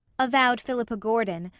avowed philippa gordon,